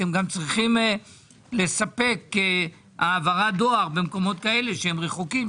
אתם גם צריכים לספק העברת דואר במקומות שהם רחוקים,